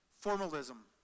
formalism